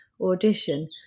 audition